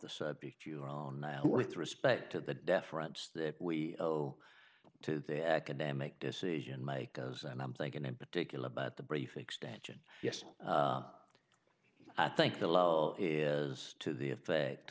the subject you are on now with respect to the deference that we owe to the academic decision makers and i'm thinking in particular about the brief extension yes i think the law is to the effect